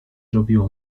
zrobiło